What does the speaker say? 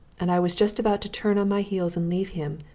and i was just about to turn on my heels and leave him,